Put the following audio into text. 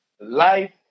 Life